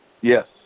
Yes